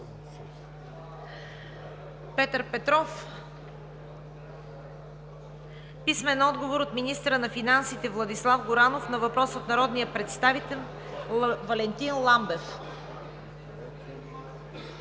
Петър Петров; - министъра на финансите Владислав Горанов на въпрос от народния представител Валентин Ламбев;